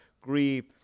grieve